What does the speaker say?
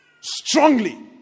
Strongly